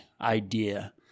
idea